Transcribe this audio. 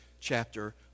chapter